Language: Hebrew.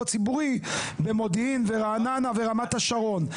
הציבורי במודיעין ורעננה ורמת השרון,